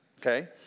okay